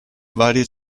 varie